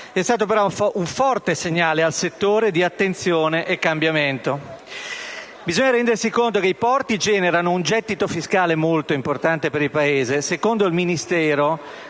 è stato però un forte segnale al settore di attenzione e cambiamento. Bisogna rendersi conto che i porti generano un gettito fiscale molto importante per il Paese